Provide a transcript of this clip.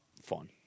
fun